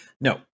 No